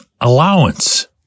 allowance